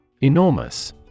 Enormous